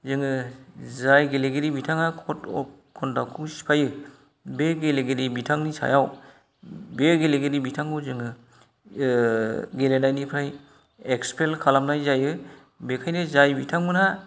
जोङो जाय गेलेगिरि बिथाङा कड अफ कन्डाक्टखौ सिफायो बे गेलेगिरि बिथांनि सायाव बे गेलेगिरि बिथांखौ जोङो गेलेनायनिफ्राय एक्सपेल खालामनाय जायो बेखायनो जाय बिथांमोना